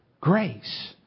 grace